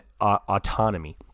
autonomy